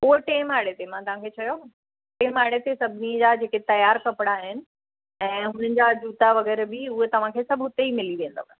उहो टे माड़े ते मां तव्हांखे चयो न टिएं माड़े ते सभिनी जा जेके तियारु कपिड़ा आहिनि ऐं हुननि जा जूता वग़ैरह बि उहे तव्हांखे सभु हुते ई मिली वेंदव